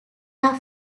are